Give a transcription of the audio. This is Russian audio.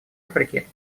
африки